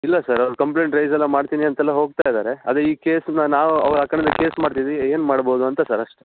ಇಲ್ಲ ಸರ್ ಅವ್ರು complaint raise ಎಲ್ಲ ಮಾಡ್ತೀನಿ ಅಂತೆಲ್ಲ ಹೋಗ್ತಾ ಇದ್ದಾರೆ ಅದೆ ಈ ಕೇಸ್ನ ನಾವು ಅವ್ರು ಆ ಕಡೆಯಿಂದ ಕೇಸ್ ಮಾಡ್ತೀವಿ ಏನು ಮಾಡ್ಬೋದು ಅಂತ ಸರ್ ಅಷ್ಟೆ